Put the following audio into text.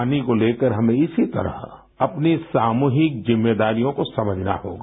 पानी को लेकर हमें इसी तरह अपनी सामूहिक जिम्मेदारियों को समझना होगा